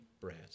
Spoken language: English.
bread